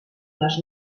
les